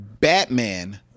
Batman